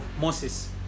moses